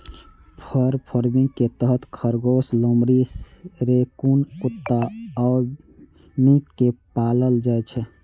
फर farming के तहत खरगोश, लोमड़ी, रैकून कुत्ता आ मिंक कें पालल जाइ छै